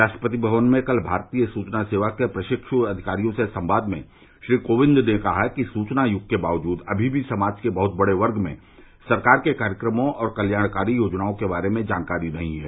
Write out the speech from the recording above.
राष्ट्रपति भवन में कल भारतीय सुचना सेवा के प्रशिष् अधिकारियों से संवाद में श्री कोविंद ने कहा कि सूचना युग के बावजूद अभी भी समाज के बहुत बड़े वर्ग में सरकार के कार्यक्रमों और कल्याणकारी योजनाओं के बारे में जानकारी नहीं है